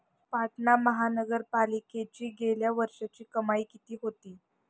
पाटणा महानगरपालिकेची गेल्या वर्षीची कमाई किती होती?